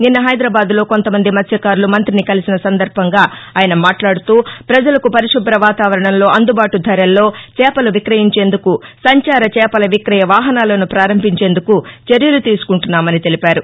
నిన్న హైదరాబాద్లో కొంతమంది మత్స్వకారులు మంతిని కలిసిన సందర్బంగా ఆయన మాట్లాడుతూ ప్రజలకు పరిశుభ్ర వాతావరణంలో అందుబాటు ధరల్లో చేపలు విక్రయించేందుకు సంచార చేపల విక్రయ వాహనాలను పారంభించేందుకు చర్యలు తీసుకుంటున్నామని తెలిపారు